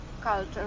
culture